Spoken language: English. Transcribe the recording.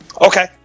Okay